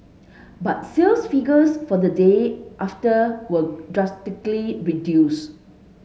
but sales figures for the day after were drastically reduced